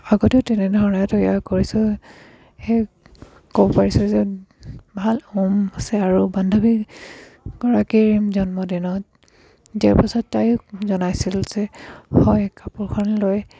আগতেও তেনেধৰণে তৈয়াৰ কৰিছোঁ সেই গম পাইছোঁ যে ভাল উম আছে আৰু বান্ধৱীগৰাকীৰ জন্মদিনত দিয়া পাছত তাই জনাইছিল যে হয় কাপোৰখন লৈ